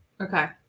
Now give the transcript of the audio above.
Okay